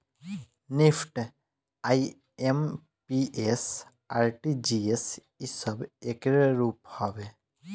NEFT, IMPS, RTGS इ सब एकरे रूप हवे